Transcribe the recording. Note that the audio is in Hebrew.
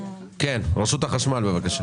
רשות החשמל, בבקשה.